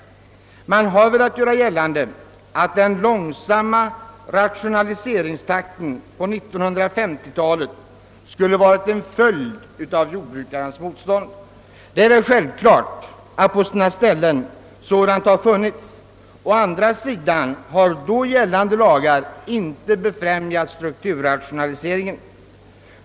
Man har velat göra gällande att den långsamma rationaliseringstakten på 1950-talet skulle varit en följd av jordbrukarnas motstånd. Det är självklart att på sina ställen sådant motstånd har förekommit. Å andra sidan har då gällande lagar inte befrämjat strukturrationaliseringen.